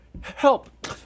Help